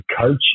coach